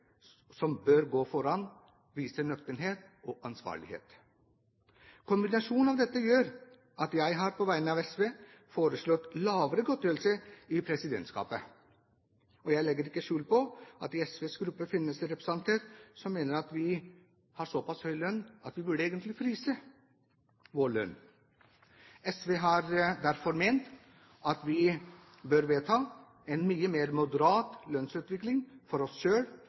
som bør gå foran, vise nøkternhet og ansvarlighet. Kombinasjonen av dette gjør at jeg på vegne av SV har foreslått lavere godtgjørelse i presidentskapet. Jeg legger ikke skjul på at i SVs gruppe finnes det representanter som mener at vi har såpass høy lønn at vi burde egentlig fryse vår lønn. SV har derfor ment at vi bør vedta en mye mer moderat lønnsutvikling for oss